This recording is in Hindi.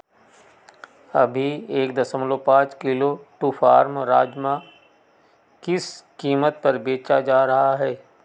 अभी एक दशमलव किलो ट्रूफार्म राजमा किस कीमत पर बेचा जा रहा है